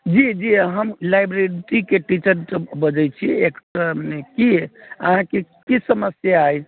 जी जी हम लाइब्रेरीके टीचर बजैत छी एतऽ कि अहाँकेँ की समस्या अछि